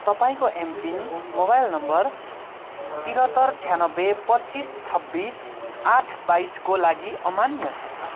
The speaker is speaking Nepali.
तपाईँको एमपिन मोबाइल नम्बर त्रिहत्तर छ्यानब्बे पच्चिस छब्बिस आठ बाइसको लागि अमान्य छ